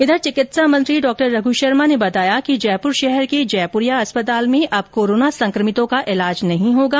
इधर चिकित्सा मंत्री डॉ रघु शर्मा ने बताया कि जयपुर शहर के जयपुरिया अस्पताल में अब कोरोना संक्रमितों का इलाज नहीं होगा